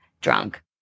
drunk